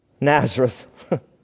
Nazareth